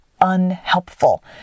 unhelpful